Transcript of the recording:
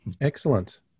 excellent